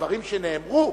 הדברים שנאמרו,